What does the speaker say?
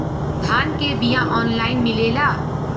धान के बिया ऑनलाइन मिलेला?